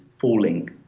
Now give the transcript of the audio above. falling